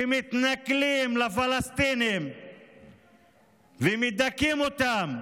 שמתנכלים לפלסטינים ומדכאים אותם,